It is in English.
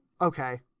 Okay